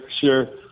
sure